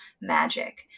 magic